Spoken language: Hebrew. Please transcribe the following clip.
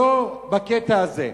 לא בקטע הזה.